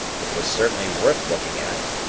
it was certainly worth looking at.